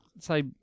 Say